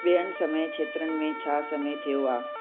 ॿियनि समय क्षेत्रनि में छा समय थियो आहे